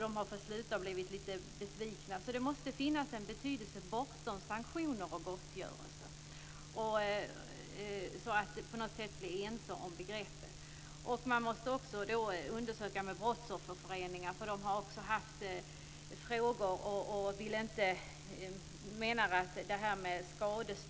De har därför blivit litet besvikna. Det måste alltså finnas en betydelse bortom sanktioner och gottgörelse. Vi måste vara ense om begreppet. Man måste i det här sammanhanget också kontakta brottsofferföreningar. De menar nämligen att frågan om skadestånd måste utredas. Det är komplicerat.